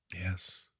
Yes